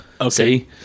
Okay